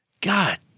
God